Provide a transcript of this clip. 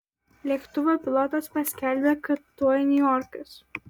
lėktuvo pilotas paskelbia kad tuoj niujorkas